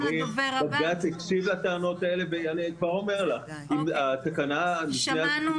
בג"ץ הקשיב לטענות האלה ואני כבר אומר לך שאם התקנה תתקבל,